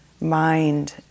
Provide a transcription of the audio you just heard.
mind